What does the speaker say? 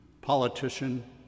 politician